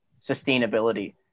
sustainability